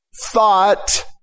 thought